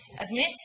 Admit